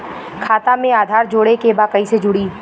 खाता में आधार जोड़े के बा कैसे जुड़ी?